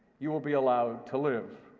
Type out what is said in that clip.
you will be allowed to live.